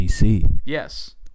Yes